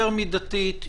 יותר מידתית,